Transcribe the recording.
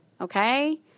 okay